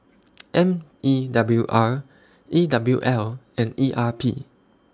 M E W R E W L and E R P